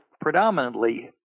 predominantly